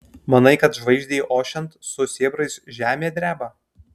manai kad žvaigždei ošiant su sėbrais žemė dreba